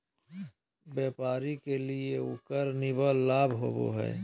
व्यापारी के लिए उकर निवल लाभ होबा हइ